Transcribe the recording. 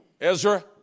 Ezra